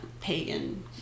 pagan